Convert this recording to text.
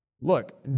Look